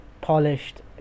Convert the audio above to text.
polished